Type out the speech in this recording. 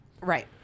right